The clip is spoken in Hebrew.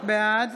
בעד